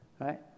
Right